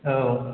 औ